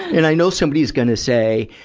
and i know somebody'd gonna say,